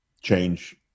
change